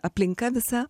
aplinka visa